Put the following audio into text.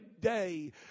day